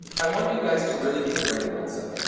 i want you, guys, to really get your brain around so